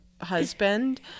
husband